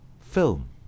film